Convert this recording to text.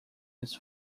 this